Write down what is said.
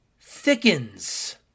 thickens